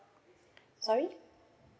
sorry